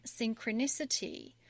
synchronicity